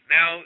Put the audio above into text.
Now